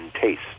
taste